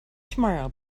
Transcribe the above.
tomorrow